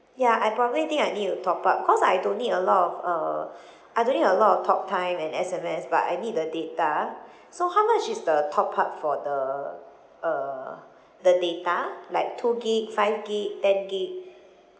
ya I probably think I need to top up cause I don't need a lot of uh I don't need a lot of talktime and S_M_S but I need the data so how much is the top up for the uh the data like two gig five gig ten gig